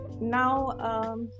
Now